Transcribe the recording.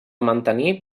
mantenir